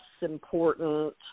important